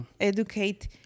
educate